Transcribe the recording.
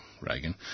Reagan